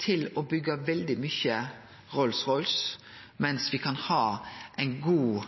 til å byggje veldig mykje Rolls-Royce mens me kan ha ein god